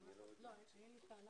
ננעלה